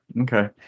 Okay